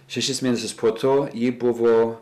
šešis mėnesius po to ji buvo